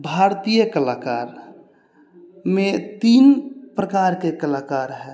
भारतीय कलाकारमे तीन प्रकारके कलाकार हइ